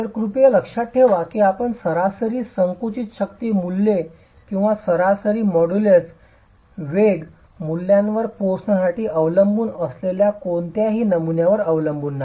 तर कृपया लक्षात ठेवा की आपण सरासरी संकुचित शक्ती मूल्ये किंवा सरासरी मॉड्यूलस वेग मूल्यांवर पोहोचण्यासाठी अवलंबून असलेल्या कोणत्याही नमुन्यावर अवलंबून नाही